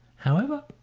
however,